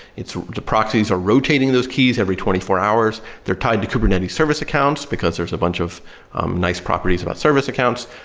the proxies are rotating those keys every twenty four hours, they're tied to kubernetes service accounts, because there's a bunch of nice properties about service accounts.